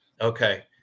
okay